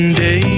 days